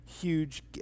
huge